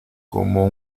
como